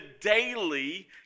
daily